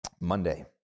Monday